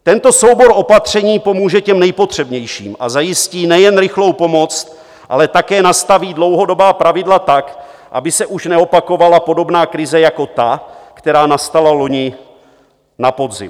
Tento soubor opatření pomůže těm nejpotřebnějším a zajistí nejen rychlou pomoc, ale také nastaví dlouhodobá pravidla tak, aby se už neopakovala podobná krize jako ta, která nastala loni na podzim.